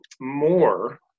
More